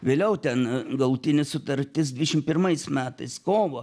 vėliau ten galutinė sutartis dvidešim pirmais metais kovo